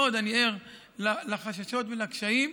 מאוד ער לחששות ולקשיים,